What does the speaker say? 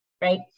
right